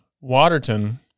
Waterton